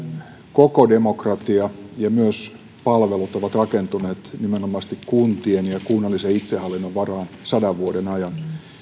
koko demokratia ja myös palvelut ovat rakentuneet nimenomaisesti kuntien ja kunnallisen itsehallinnon varaan sadan vuoden ajan